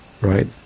right